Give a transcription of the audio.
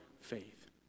faith